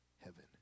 heaven